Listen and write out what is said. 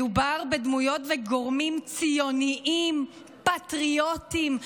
מדובר בדמויות וגורמים ציוניים ופטריוטיים,